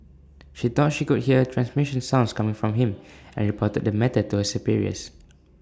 she thought she could hear transmission sounds coming from him and reported the matter to her superiors